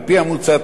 על-פי המוצע,